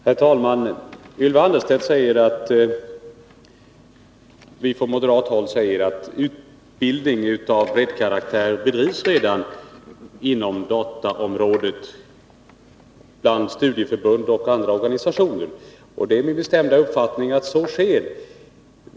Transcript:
Herr talman! Ylva Annerstedt säger att vi från moderat håll påstår att utbildning av breddkaraktär redan bedrivs inom dataområdet bland studieförbund och andra organisationer. Det är min bestämda uppfattning att så sker.